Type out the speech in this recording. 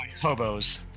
hobos